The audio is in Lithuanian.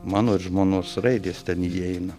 mano ir žmonos raidės ten įeina